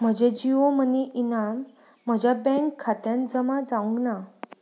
म्हजें जियो मनी इनाम म्हज्या बँक खात्यांत जमा जावंक ना